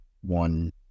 one